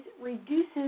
reduces